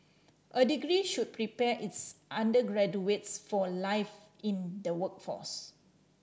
a degree should prepare its undergraduates for life in the workforce